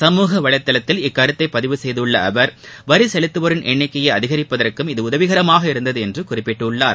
சமூக வலைதளத்தில் இக்கருத்தை பதிவு செய்துள்ள அவர் வரி செலுத்துவோரின் எண்ணிக்கையை அதிகரிப்பதற்கும் இது உதவிகரமாக இருந்தது என்று குறிப்பிட்டுள்ளார்